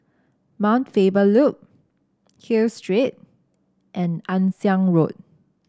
Mount Faber Loop Hill Street and Ann Siang Road